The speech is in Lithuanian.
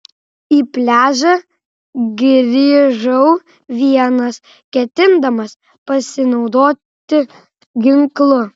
į pliažą grįžau vienas ketindamas pasinaudoti ginklu